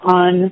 on